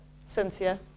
Cynthia